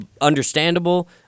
understandable